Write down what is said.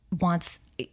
wants